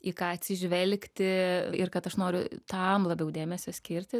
į ką atsižvelgti ir kad aš noriu tam labiau dėmesio skirti